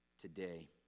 today